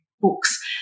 books